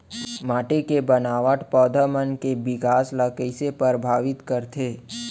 माटी के बनावट पौधा मन के बिकास ला कईसे परभावित करथे